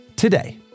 Today